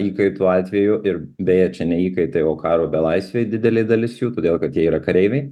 įkaitų atveju ir beje čia ne įkaitai o karo belaisviai didelė dalis jų todėl kad jie yra kareiviai